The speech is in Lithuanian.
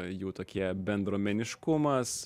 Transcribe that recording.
jų tokie bendruomeniškumas